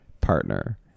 partner